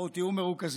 בואו, תהיו מרוכזים: